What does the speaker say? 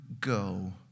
go